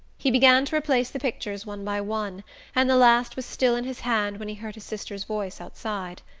he began to replace the pictures one by one and the last was still in his hand when he heard his sister's voice outside.